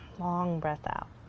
long breath out.